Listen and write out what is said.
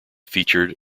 featured